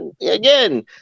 again